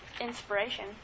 inspiration